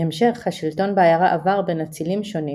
בהמשך השלטון בעיירה עבר בין אצילים שונים